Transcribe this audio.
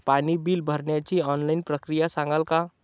पाणी बिल भरण्याची ऑनलाईन प्रक्रिया सांगाल का?